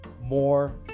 More